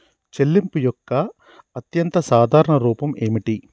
చెల్లింపు యొక్క అత్యంత సాధారణ రూపం ఏమిటి?